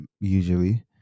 usually